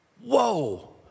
whoa